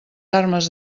armes